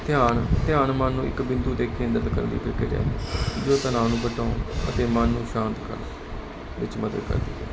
ਧਿਆਨ ਮਨ ਇੱਕ ਬਿੰਦੂ ਦੇ ਨਾਲ ਜੋ ਤਨਾਵ ਨੂੰ ਘਟਾਉਣ ਤੇ ਮਨ ਨੂੰ ਸ਼ਾਂਤ ਕਰਨ ਵਿਚ ਮਦਦ ਕਰਦੀਆਂ ਹਨ